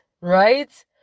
right